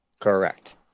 correct